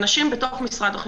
אנשים בתוך משרד החינוך.